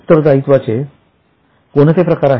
उत्तरदायित्वाचे कोणते प्रकार आहेत